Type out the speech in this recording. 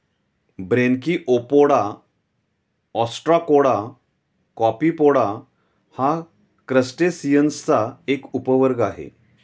Branchiopoda, ostracoda, copepoda हा क्रस्टेसिअन्सचा एक उपवर्ग आहे